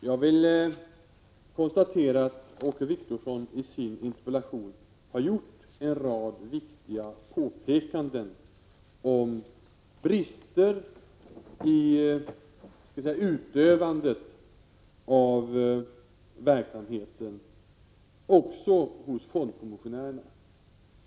Herr talman! Jag konstaterar att Åke Wictorsson i sin interpellation också har gjort en rad viktiga påpekanden om brister i fondkommissionärernas verksamhet.